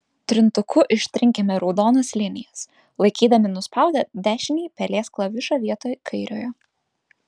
trintuku ištrinkime raudonas linijas laikydami nuspaudę dešinįjį pelės klavišą vietoj kairiojo